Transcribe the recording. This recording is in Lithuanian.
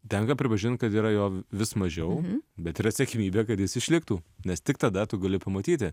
tenka pripažint kad yra jo vis mažiau bet yra siekiamybė kad jis išliktų nes tik tada tu gali pamatyti